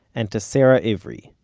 and to sara ivry,